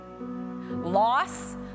Loss